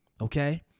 Okay